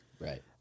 Right